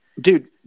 Dude